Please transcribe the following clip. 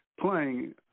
playing